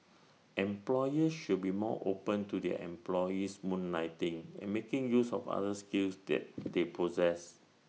employers should be more open to their employees moonlighting and making use of other skills they they possess